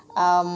um